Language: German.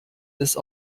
des